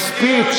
מספיק.